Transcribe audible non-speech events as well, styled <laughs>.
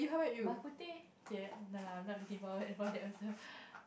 Ba-Kut-teh kay no lah I'm not looking forward for that also <laughs>